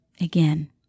again